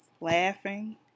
laughing